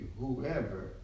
whoever